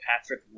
Patrick